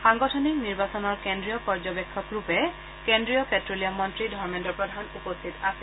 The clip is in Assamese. সাংগঠনিক নিৰ্বাচনৰ কেন্দ্ৰীয় পৰ্যবেক্ষকৰূপে কেন্দ্ৰীয় প্টেলিয়াম মন্ত্ৰী ধৰ্মেন্দ্ৰ প্ৰধান উপস্থিত আছিল